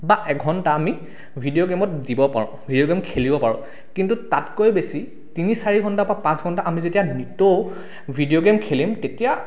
বা এঘণ্টা আমি ভিডিঅ' গেমত দিব পাৰোঁ ভিডিঅ' গেম খেলিব পাৰোঁ কিন্তু তাতকৈ বেছি তিনি চাৰি ঘণ্টা বা পাঁচ ঘণ্টা আমি যেতিয়া নিতৌ ভিডিঅ' গেম খেলিম তেতিয়া